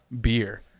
beer